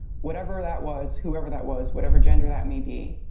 whatever that was, whoever that was, whatever gender that may be,